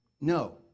No